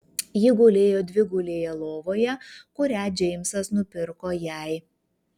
ji gulėjo dvigulėje lovoje kurią džeimsas nupirko jai